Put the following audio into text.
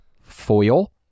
foil